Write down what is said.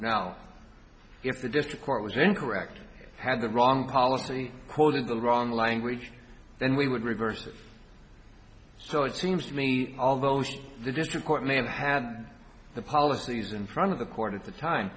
now if the district court was incorrect had the wrong policy holder the wrong language then we would reverse it so it seems to me although she the district court may have had the policies in front of the court at the time